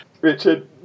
Richard